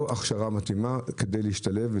או הכשרה מתאימה כדי להשתלב.